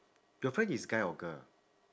your friend is guy or girl